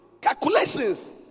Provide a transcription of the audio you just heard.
calculations